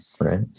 right